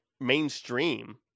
mainstream